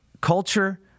culture